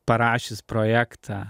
parašius projektą